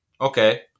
Okay